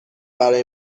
برای